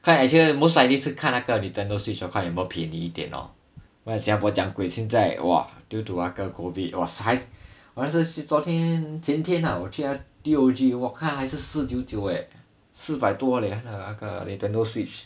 看 actually most likely 是看那个 Nintendo switch 看有没有便宜一点 lor 卖在新加坡这样贵 !wah! 现在 due to 那个 COVID !wah! 我那次去昨天还是前天啊我去那个 T_O_G 我看的还是四九九 leh 四百多 leh 那个那个 Nintendo switch